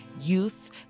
youth